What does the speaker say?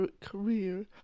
career